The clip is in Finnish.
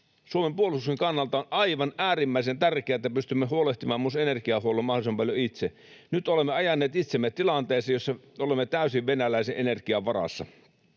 Suomen puolustuksen kannalta on aivan äärimmäisen tärkeää, että pystymme huolehtimaan myös energiahuollosta mahdollisimman paljon itse. Nyt olemme ajaneet itsemme tilanteeseen, jossa olemme täysin venäläisen energian varassa.